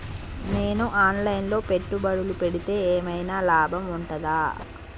నేను online లో పెట్టుబడులు పెడితే ఏమైనా లాభం ఉంటదా?